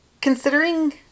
considering